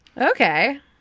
Okay